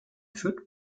führt